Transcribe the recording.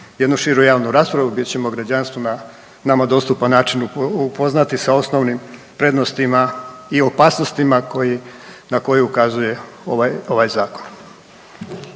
jednu širu javnu raspravu di ćemo građanstvo na nama dostupan način upoznati sa osnovnim prednostima i opasnostima koje, na koje ukazuje ovaj Zakon.